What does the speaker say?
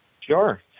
Sure